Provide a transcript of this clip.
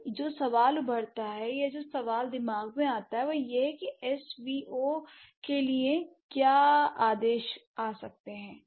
तो जो सवाल उभरता है या जो सवाल दिमाग में आता है वह यह है कि एसवीओ के लिए क्या आदेश आ सकते हैं